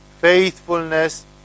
faithfulness